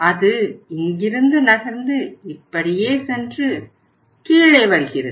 அது இங்கிருந்து நகர்ந்து இப்படியே சென்று கீழே வருகிறது